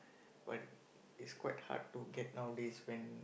but it's quite hard to get nowadays when